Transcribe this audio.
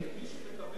מי שמקבל,